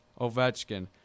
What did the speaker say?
Ovechkin